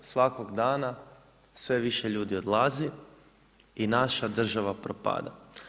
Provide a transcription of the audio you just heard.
Svakog dana sve više ljudi odlazi i naša država propada.